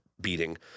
beating